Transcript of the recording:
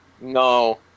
No